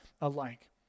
alike